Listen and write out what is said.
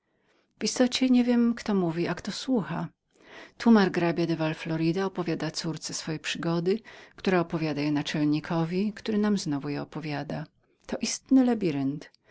istocie nie wiem kto mówi a kto słucha tu margrabia de val florida opowiada córce swoje przygody która opowiada je naczelnikowi który nam znowu je opowiada to istny